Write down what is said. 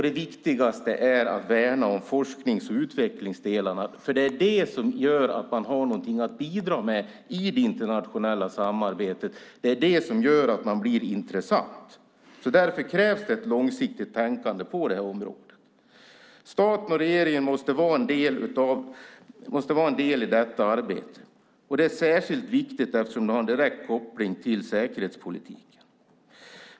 Det viktigaste är att värna om forsknings och utvecklingsdelarna, för det är de som gör att man har någonting att bidra med i det internationella samarbetet. Det är de som gör att man blir intressant. Därför krävs alltså ett långsiktigt tänkande på detta område. Staten och regeringen måste vara en del i detta arbete, och det är särskilt viktigt eftersom de har en direkt koppling till säkerhetspolitiken.